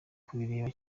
kubireba